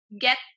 get